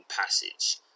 passage